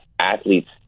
athletes